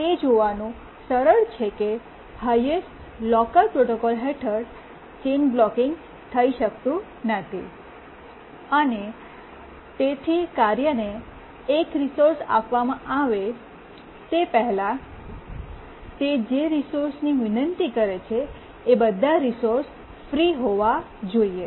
તેથી તે જોવાનું સરળ છે કે હાયેસ્ટ લોકર પ્રોટોકોલ હેઠળ ચેઇન બ્લૉકિંગ થઈ શકતું નથી અને તેથી કાર્યને એક રિસોર્સ આપવામાં આવે તે પહેલાં તે જે રિસોર્સની તે વિનંતી કરે છે એ બધા રિસોર્સ ફ્રી હોવા જોઈએ